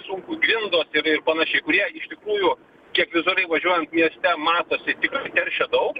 sunkų grindos ir panašiai kurie iš tikrųjų kiek vizualiai važiuojant mieste matosi tikrai teršia daug